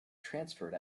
transferred